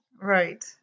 right